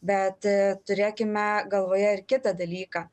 bet turėkime galvoje ir kitą dalyką